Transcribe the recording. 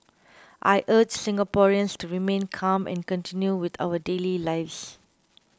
I urge Singaporeans to remain calm and continue with our daily lives